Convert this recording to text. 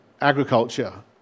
agriculture